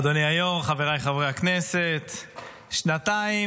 אדוני היו"ר, חבריי חברי הכנסת, שנתיים